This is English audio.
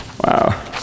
Wow